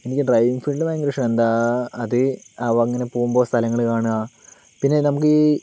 എനിക്ക് driving field ഭയങ്കര ഇഷ്ടമാണ് എന്താ അത് അവ അങ്ങനെ പോവുമ്പോൾ സ്ഥലങ്ങൾ കാണുക പിന്നെ നമുക്ക് ഈ